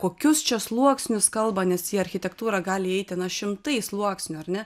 kokius čia sluoksnius kalba nes į architektūrą gali įeiti na šimtai sluoksnių ar ne